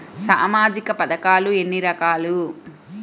సామాజిక పథకాలు ఎన్ని రకాలు?